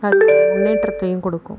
அது முன்னேற்றத்தையும் கொடுக்கும்